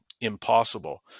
impossible